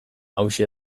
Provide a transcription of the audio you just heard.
hauxe